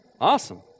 Awesome